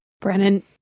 brennan